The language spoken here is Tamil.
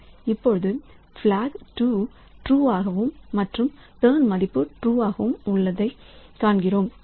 இப்பொழுது பிளாக் 2 ட்ரூவாகவும் மற்றும் டர்ன் மதிப்பு ட்ரூவாகவும் உள்ளதையும் காண்கிறது